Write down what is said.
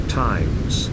times